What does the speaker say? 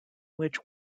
which